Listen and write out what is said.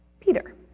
Peter